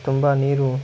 ತುಂಬ ನೀರು